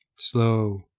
slow